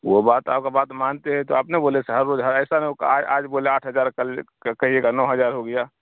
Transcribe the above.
وہ بات آپ کا بات مانتے ہیں تو آپ نا بولے صاحب ہر ایسا نہ ہو آج بولے آٹھ ہزار کل کہیے گا نو ہزار ہو گیا